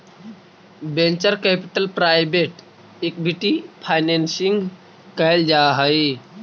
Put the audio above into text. venture capital private equity financing कैल जा हई